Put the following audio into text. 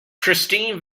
christine